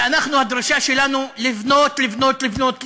ואנחנו, הדרישה שלנו: לבנות, לבנות, לבנות.